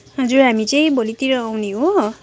हजुर हामी चाहिँ भोलितिर आउने हो